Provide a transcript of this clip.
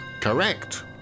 Correct